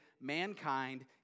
mankind